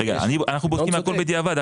רגע אנחנו בודקים הכל בדיעבד,